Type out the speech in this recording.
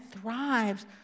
thrives